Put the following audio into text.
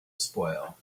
spoil